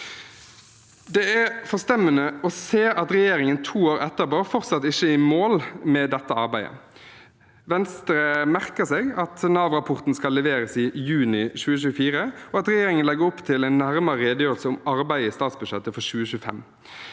Det er forstemmende å se at regjeringen to år etterpå fortsatt ikke er i mål med dette arbeidet. Venstre merker seg at Nav-rapporten skal leveres i juni 2024, og at regjeringen legger opp til en nærmere redegjørelse om arbeidet i statsbudsjettet for 2025.